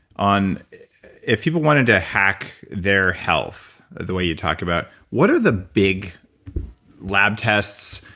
on if people wanted to hack their health, the way you talk about, what are the big lab tests,